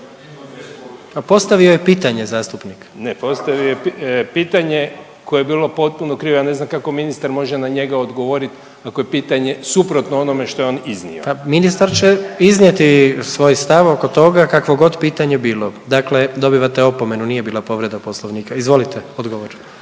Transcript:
Zvane (Nezavisni)** Ne, postavio je pitanje koje je bilo potpuno krivo. Ja ne znam kako ministar može na njega odgovoriti ako je pitanje suprotno onome što je on iznio. **Jandroković, Gordan (HDZ)** Ministar će iznijeti svoj stav oko toga kakvo god pitanje bilo. Dakle, dobivate opomenu, nije bila povreda Poslovnika. Izvolite odgovor.